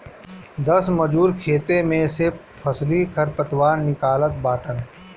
दस मजूर खेते में से फसली खरपतवार निकालत बाटन